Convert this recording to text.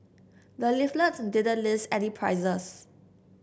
the leaflet didn't list any prices